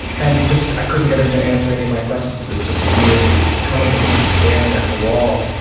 and just, i couldn't get him to answer any of my questions he was just really comatose, just staring at the wall,